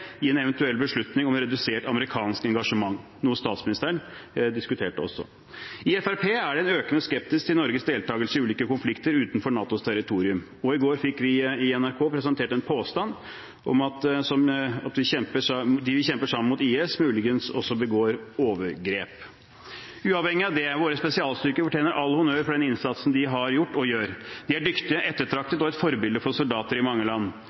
i en eventuell beslutning om et redusert amerikansk engasjement, noe statsministeren også diskuterte. I Fremskrittspartiet er det en økende skepsis til Norges deltagelse i ulike konflikter utenfor NATOs territorium, og i går fikk vi i NRK presentert en påstand om at de vi kjemper sammen med mot IS, muligens også begår overgrep. Uavhengig av det: Våre spesialstyrker fortjener all honnør for den innsatsen de har gjort og gjør. De er dyktige, ettertraktede og et forbilde for soldater i mange land.